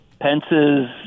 Pence's